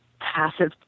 passive